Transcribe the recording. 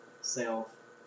self